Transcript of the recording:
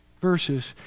verses